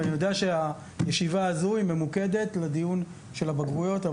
ואני יודע שהישיבה הזאת ממוקדת לדיון של הבגרויות,